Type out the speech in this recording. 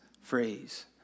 phrase